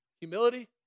Humility